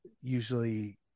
usually